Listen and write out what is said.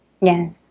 Yes